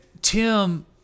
Tim